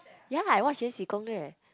ya I watch Yan Xi Gong Lve